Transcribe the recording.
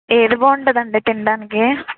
ఏది బాగుంటుంది అండి తిండానికి